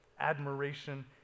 admiration